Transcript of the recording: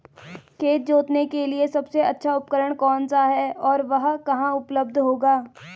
खेत जोतने के लिए सबसे अच्छा उपकरण कौन सा है और वह कहाँ उपलब्ध होगा?